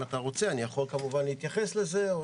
אם אתה רוצה אני יכול להתייחס לזה.